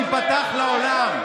להיפתח לעולם,